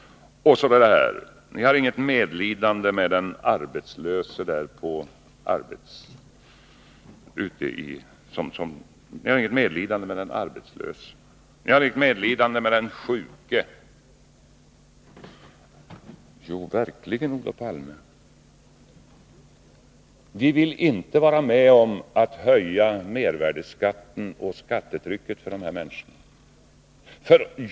Ni har inget medlidande med den arbetslöse eller med den sjuke, säger Olof Palme. Jo, det har vi verkligen, Olof Palme. Vi vill inte vara med om att höja mervärdeskatten och skattetrycket för dessa människor.